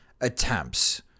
attempts